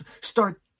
start